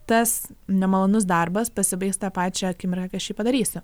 tas nemalonus darbas pasibaigs tą pačią akimirką kai aš jį padarysiu